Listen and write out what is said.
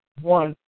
One